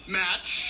match